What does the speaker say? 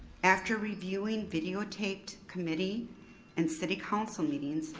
after reviewing videotaped committee and city council meetings,